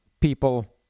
people